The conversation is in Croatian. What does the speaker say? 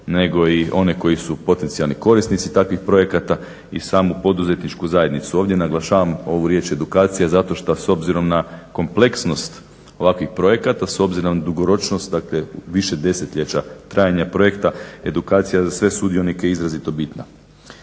nego i one koji su potencijalni korisnici takvih projekata i samu poduzetničku zajednicu. Ovdje naglašavam ovu riječ edukacija, zato što s obzirom na kompleksnost ovakvih projekata, s obzirom na dugoročnost, dakle u više desetljeća trajanja projekta edukacija za sve sudionike izrazito bitna.